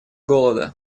голода